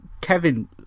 Kevin